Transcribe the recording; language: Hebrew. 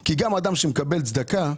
כי גם אדם שמקבל צדקה,